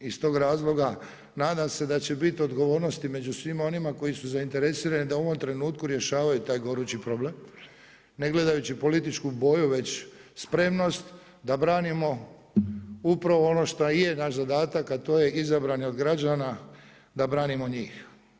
Iz tog razloga, nadam se da će biti odgovornosti među svima onima koji su zainteresirani da u ovom trenutku rješavaju taj gorući problem ne gledajući političku boju već spremnost da branimo upravo ono što je naš zadatak a to je izbrani od građana da branimo njih.